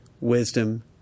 wisdom